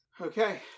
okay